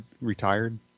retired